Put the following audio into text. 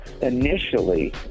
Initially